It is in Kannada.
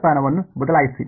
ಮೂಲಸ್ಥಾನವನ್ನು ಬದಲಾಯಿಸಿ